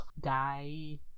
Guy